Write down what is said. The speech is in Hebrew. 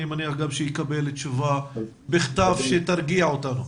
אני מניח שאני אקבל תשובה בכתב שתרגיע אותנו.